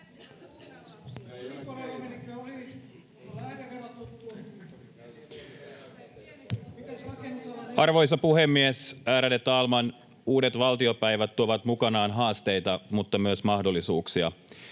Arvoisa puhemies, ärade talman! Uudet valtiopäivät tuovat mukanaan haasteita, mutta myös mahdollisuuksia.